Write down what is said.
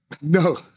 No